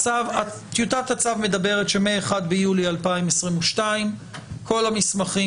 טיוטת הצו מדברת על כך שהחל מה-1 ביולי 2022 כל המסמכים